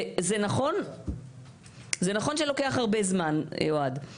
זה נכון שזה לוקח הרבה זמן וזה